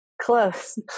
Close